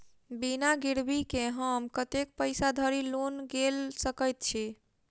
बिना गिरबी केँ हम कतेक पैसा धरि लोन गेल सकैत छी?